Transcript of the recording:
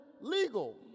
Legal